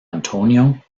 antonio